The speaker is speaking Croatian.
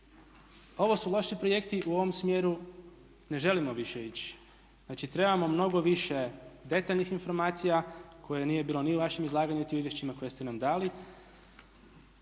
Ovo su loši projekti, u ovom smjeru ne želimo više ići. Znači, trebamo mnogo više detaljnih informacija kojih nije bilo ni u vašem izlaganju, niti u izvješćima koje ste nam dali.